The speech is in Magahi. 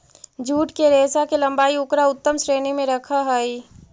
जूट के रेशा के लम्बाई उकरा उत्तम श्रेणी में रखऽ हई